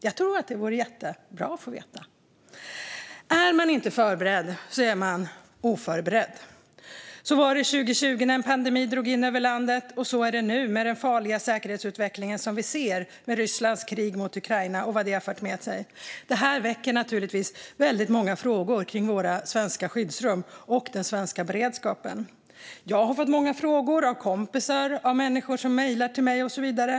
Jag tror att det vore jättebra att få veta. Om man inte förberedd är man oförberedd. Så var det 2020 när en pandemi drog in över landet, och så är det nu med den farliga säkerhetsutveckling vi ser, med Rysslands krig mot Ukraina och vad det har fört med sig. Detta väcker många frågor om våra svenska skyddsrum och den svenska beredskapen. Jag har fått många frågor av kompisar och människor som mejlar till mig och så vidare.